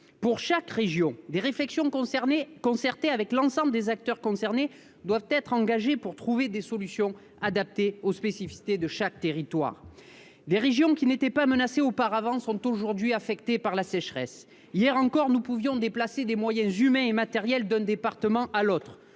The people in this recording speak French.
Pour chaque région, des réflexions concertées avec l'ensemble des acteurs concernés doivent être engagées pour trouver des solutions adaptées aux spécificités de chaque territoire. Des régions qui n'étaient pas menacées auparavant sont aujourd'hui affectées par la sécheresse. Hier encore, nous pouvions déplacer des moyens humains et matériels d'un département à l'autre.